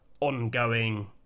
ongoing